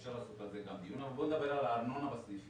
אפשר לעשות על זה גם דיון אבל בואו נדבר על הארנונה בסניפים.